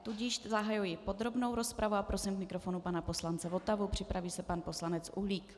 Tudíž zahajuji podrobnou rozpravu a prosím k mikrofonu pana poslance Votavu, připraví se pan poslanec Uhlík.